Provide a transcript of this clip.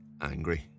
angry